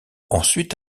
ensuite